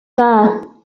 there